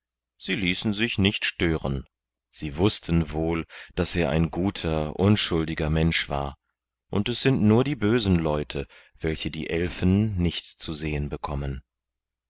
sie ließen sich nicht stören sie wußten wohl daß er ein guter unschuldiger mensch war und es sind nur die bösen leute welche die elfen nicht zu sehen bekommen